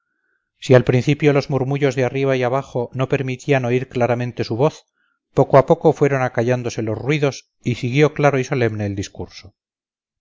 si al principio los murmullos de arriba y abajo no permitían oír claramente su voz poco a poco fueron acallándose los ruidos y siguió claro y solemne el discurso